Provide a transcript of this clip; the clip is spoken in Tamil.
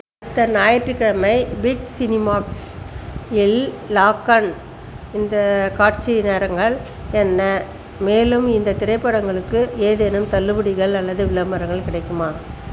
அடுத்த ஞாயிற்றுக்கிழமை பிக் சினிமாஸ் இல் லாகான் இந்த காட்சி நேரங்கள் என்ன மேலும் இந்தத் திரைப்படங்களுக்கு ஏதேனும் தள்ளுபடிகள் அல்லது விளம்பரங்கள் கிடைக்குமா